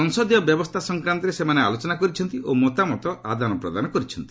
ସଂସଦୀୟ ବ୍ୟବସ୍ଥା ସଂକ୍ରାନ୍ତରେ ସେମାନେ ଆଲୋଚନା କରିଛନ୍ତି ଓ ମତାମତ ଆଦାନପ୍ରଦାନ କରିଛନ୍ତି